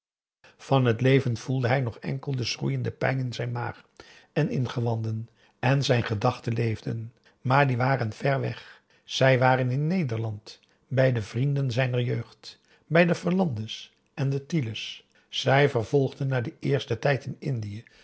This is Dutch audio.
van het leven voelde hij nog enkel de schroeiende pijn in zijn maag en ingewanden en zijn gedachten leefden maar die waren vèr weg zij waren in nederland bij de vrienden zijner jeugd bij de verlande's en de tiele's zij vervolgden naar den eersten tijd in indië